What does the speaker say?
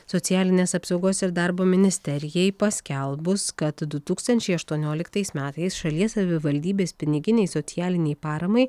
socialinės apsaugos ir darbo ministerijai paskelbus kad du tūkstančiai aštuonioliktais metais šalies savivaldybės piniginei socialinei paramai